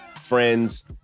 friends